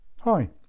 Hi